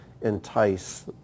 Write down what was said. entice